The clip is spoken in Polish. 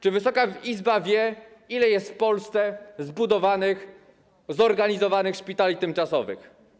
Czy Wysoka Izba wie, ile jest w Polsce zbudowanych, zorganizowanych szpitali tymczasowych?